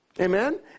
Amen